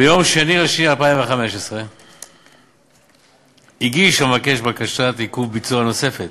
ביום 2 בפברואר 2015 הגיש המבקש בקשת עיכוב ביצוע נוספת,